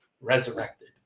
resurrected